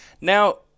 Now